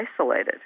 isolated